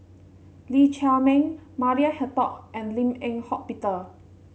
Lee Chiaw Meng Maria Hertogh and Lim Eng Hock Peter